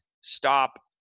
stop